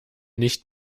nicht